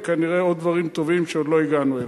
וכנראה עוד דברים טובים שעוד לא הגענו אליהם.